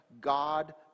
God